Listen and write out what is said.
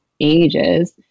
ages